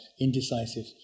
indecisive